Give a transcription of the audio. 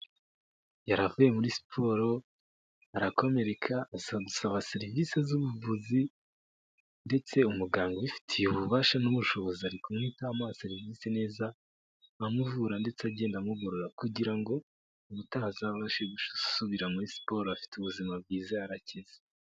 Yari avuye muri siporo arakomereka aza gusaba serivisi z'ubuvuzi ndetse umuganga ubifitiye ububasha n'ubushobozi arimwitaho, amuha serivisi neza amuvura ndetse agenda amugorora, kugira ngo ubutaha azabashe gusubira muri siporo afite ubuzima bwiza, yarakize.